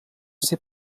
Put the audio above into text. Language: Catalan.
ser